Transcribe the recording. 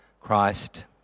Christ